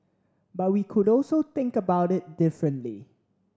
but we could also think about it differently